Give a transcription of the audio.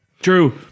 True